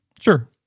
Sure